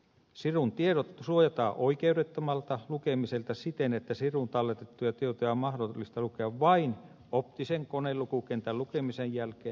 sirun tiedot suojataan oikeudettomalta lukemiselta siten että siruun talletettuja tietoja on mahdollista lukea vain optisen konelukukentän lukemisen jälkeen